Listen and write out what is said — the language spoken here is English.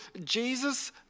Jesus